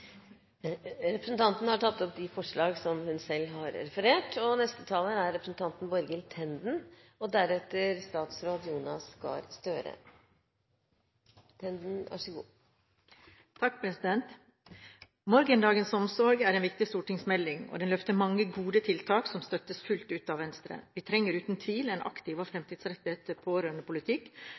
Representanten Line Henriette Hjemdal har tatt opp de forslagene hun refererte til. Morgendagens omsorg er en viktig stortingsmelding. Den løfter fram mange gode tiltak, som støttes fullt ut av Venstre. Vi trenger uten tvil en aktiv og fremtidsrettet